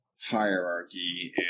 hierarchy